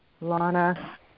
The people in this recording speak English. lana